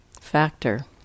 factor